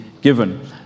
given